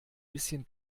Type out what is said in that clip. bisschen